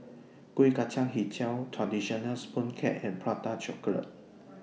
Kuih Kacang Hijau Traditional Sponge Cake and Prata Chocolate